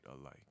alike